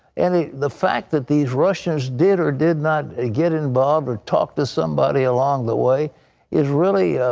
and the the fact that these russians did or did not get involved or talked to somebody along the way is really